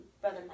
Brother